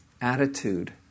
attitude